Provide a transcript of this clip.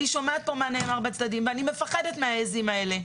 אני שומעת מה נאמר ואני מפחדת מהעיזים האלה.